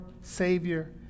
Savior